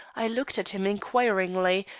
i looked at him inquiringly,